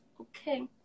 okay